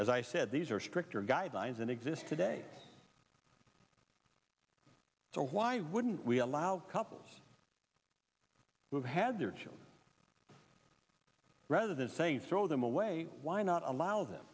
as i said these are stricter guidelines and exist today so why wouldn't we allow couples who have had their children rather than saying throw them away why not allow them